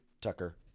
Tucker